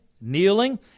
kneeling